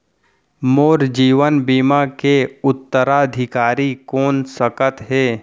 मोर जीवन बीमा के उत्तराधिकारी कोन सकत हे?